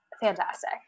fantastic